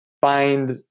find